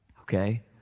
okay